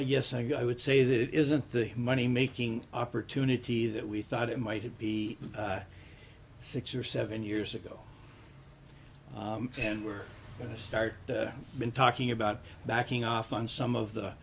guess i would say that it isn't the money making opportunity that we thought it might be six or seven years ago and we're going to start been talking about backing off on some of the